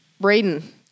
Braden